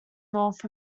north